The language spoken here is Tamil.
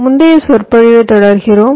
முந்தைய சொற்பொழிவைத் தொடர்கிறோம்